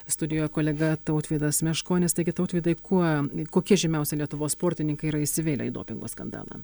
studijoje kolega tautvydas meškonis taigi tautvydai kuo kokie žymiausi lietuvos sportininkai yra įsivėlę į dopingo skandalą